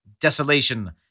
desolation